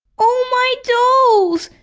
all my dolls!